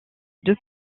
deux